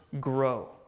grow